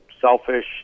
selfish